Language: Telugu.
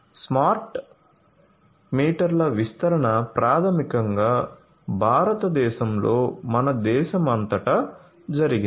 స్మార్ట్ మీటర్ల విస్తరణ ప్రాథమికంగా భారతదేశంలో మన దేశమంతటా జరిగింది